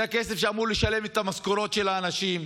זה הכסף שאמור לשלם את המשכורות של האנשים,